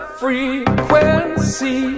frequency